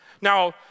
Now